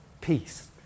peace